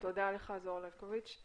תודה לך זוהר לבקוביץ'.